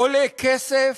עולה כסף,